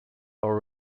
our